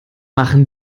machen